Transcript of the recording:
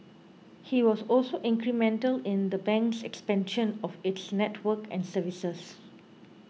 he was also incremental in the bank's expansion of its network and services